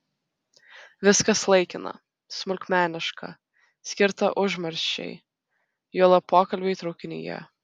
viskas laikina smulkmeniška skirta užmarščiai juolab pokalbiai traukinyje